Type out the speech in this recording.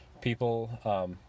People